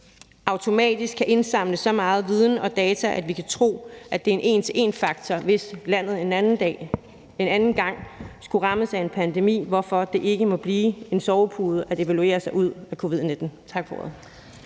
automatisk kan indsamle så meget viden og data, at vi kan tro, at det er en en til en-faktor, hvis landet en anden gang skulle rammes af en pandemi, hvorfor det ikke må blive en sovepude at evaluere sig ud af covid-19. Tak for